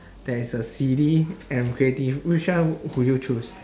there is a silly and creative which one will you choose